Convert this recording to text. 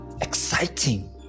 exciting